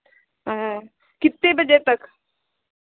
कितने बजे तक